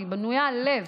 היא בנויה על לב,